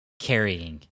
carrying